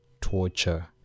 torture